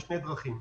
בשתי דרכים.